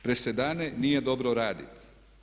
Presedane nije dobro raditi.